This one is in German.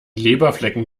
leberflecken